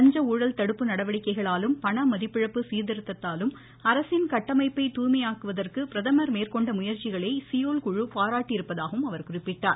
லஞ்ச ஊழல் தடுப்பு நடவடிக்கைகளாலும் பண மதிப்பிழப்பு சீர்திருத்தத்தாலும் அரசின் கட்டமைப்பை தாய்மையாக்குவதற்கு பிரதமர் மேற்கொண்ட முயற்சிகளை சியோல் குழு பாராட்டியிருப்பதாகவும் அவர் குறிப்பிட்டார்